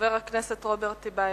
חבר הכנסת רוברט טיבייב,